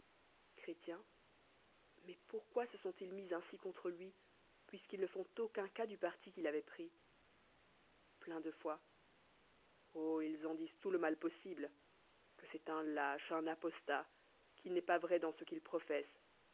mais ponttinoi lit son ils mis ainsi contre lni puisqu'ils ne font aucun ces dia parti qu'il avoit pris plein de foi oh ils en disent tout lé mm possible que c'est un liche un apostat qu'il d'en pas wnv dans ce qu'il prt